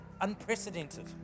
unprecedented